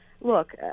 look